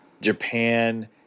Japan